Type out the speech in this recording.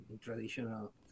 traditional